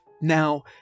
Now